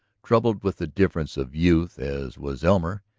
troubled with the diffidence of youth as was elmer,